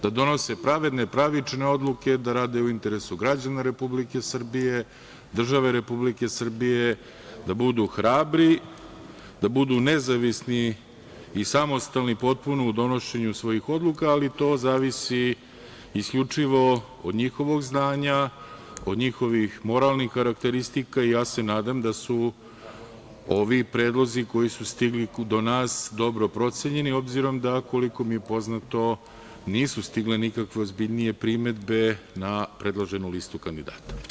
Da donose pravedne, pravične odluke, da rade u interesu građana Republike Srbije, države Republike Srbije, da budu hrabri, da budu nezavisni i samostalni potpuno u donošenju svojih odluka, ali to zavisi isključivo od njihovog znanja, od njihovih moralnih karakteristika i ja se nadam da su ovi predlozi koji su stigli do nas dobro procenjeni, obzirom da, koliko mi je poznato, nisu stigle nikakve ozbiljnije primedbe na predloženu listu kandidata.